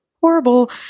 horrible